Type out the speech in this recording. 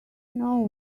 know